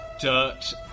dirt